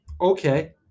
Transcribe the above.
Okay